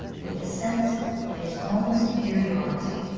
with a sense of his own superiority.